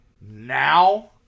now